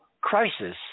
crisis